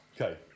Okay